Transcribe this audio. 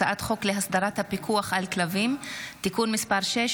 הצעת חוק להסדרת הפיקוח על כלבים (תיקון מס' 6,